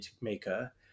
maker